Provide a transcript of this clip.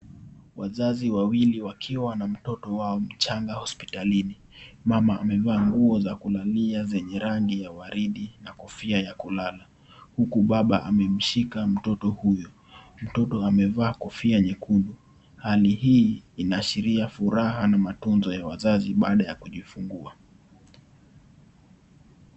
Wazazi wawili wakiwa na mtoto wao mchanga hospitalini, mama amevaa nguo za kulalia zenye rangi ya waridi na kofia ya kulala huku baba amemshika mtoto huyu, mtoto amevaa kofia nyekundu hali hii inaashiria furaha na matunzo ya wazazi baada ya kujifingua.